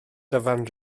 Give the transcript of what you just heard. dyfan